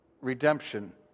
redemption